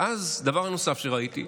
ואז, דבר נוסף שראיתי,